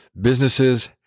Businesses